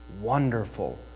wonderful